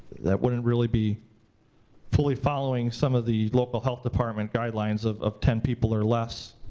that wouldn't really be fully following some of the local health department guidelines of of ten people or less.